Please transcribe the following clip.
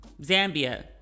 Zambia